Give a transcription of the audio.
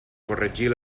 corregir